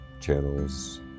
channels